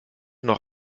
noch